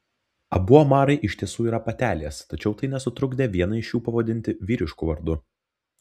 abu omarai iš tiesų yra patelės tačiau tai nesutrukdė vieną iš jų pavadinti vyrišku vardu